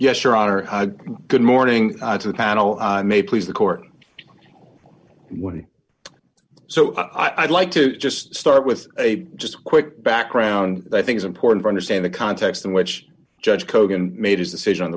honor good morning to the panel may please the court would so i'd like to just start with a just quick background i think it's important to understand the context in which judge kogan made his decision on